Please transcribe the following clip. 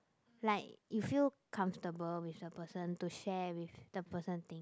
like if you feel comfortable with the person to share with the person thing